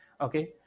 okay